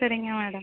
சரிங்க மேடம்